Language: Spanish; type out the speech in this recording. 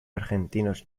argentinos